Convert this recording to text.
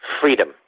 freedom